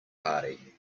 party